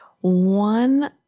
one